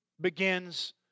begins